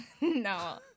No